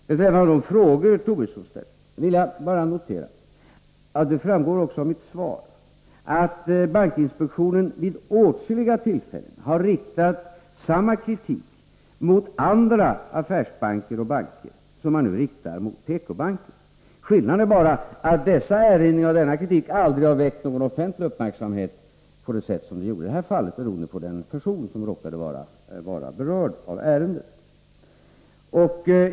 Beträffande de frågor som Lars Tobisson ställer vill jag bara notera att, vilket också framgår av mitt svar, bankinspektionen vid åtskilliga tillfällen har riktat samma kritik mot andra affärsbanker och banker som man nu riktar mot PK-banken. Skillnaden är bara att dessa erinringar och denna kritik aldrig har väckt offentlig uppmärksamhet på det sätt som detta fall gjorde beroende på den person som råkade vara berörd av ärendet.